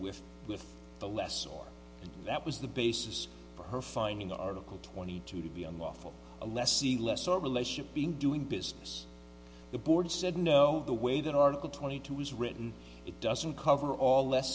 with with the less or that was the basis for her finding article twenty two to be unlawful alessi less our relationship being doing business the board said no the way that article twenty two was written it doesn't cover all